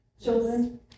children